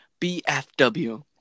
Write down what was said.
BFW